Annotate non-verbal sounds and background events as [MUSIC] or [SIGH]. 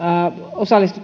osallistu [UNINTELLIGIBLE]